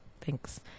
Thanks